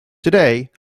today